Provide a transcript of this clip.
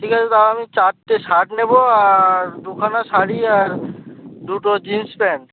ঠিক আছে তাও আমি চারটে শার্ট নেবো আর দু খানা শাড়ি আর দুটো জিন্স প্যান্ট